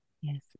Yes